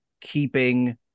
keeping